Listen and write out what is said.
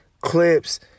clips